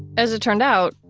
as it turned out,